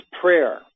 prayer